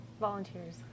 Volunteers